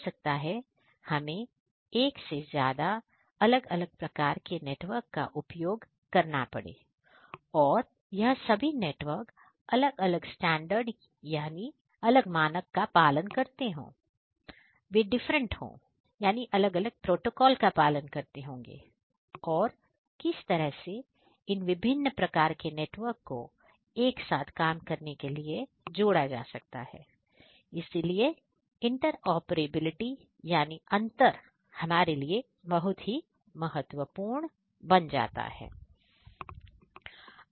हो सकता है कि हमें एक से ज्यादा अलग अलग प्रकार के नेटवर्क का उपयोग करना पड़े और यह सभी नेटवर्क अलग अलग स्टैंडर्ड यानी मानक का पालन करते हो वे डिफरेंट यानी अलग अलग प्रोटोकॉल का पालन भी करते होंगे और किस तरह से इन विभिन्न प्रकार के नेटवर्क को एक साथ काम करने के लिए जोड़ा जा सकता है इसीलिए इंटर ऑपरेबिलिटी यानी अंतर हमारे लिए बहुत ही महत्वपूर्ण बन जाता है